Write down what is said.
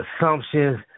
assumptions